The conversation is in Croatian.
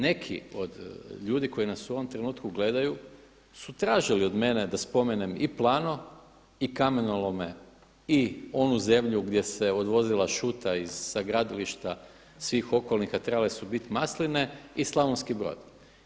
Neki od ljudi koji nas u ovom trenutku gledaju su tražili od mene da spomenem i Plano i kamenolome i onu zemlju gdje se odvozila šuta sa gradilišta svih okolnih, a trebale su bit masline i Slavonski Brod.